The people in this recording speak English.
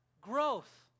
growth